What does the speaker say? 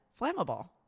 flammable